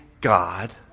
God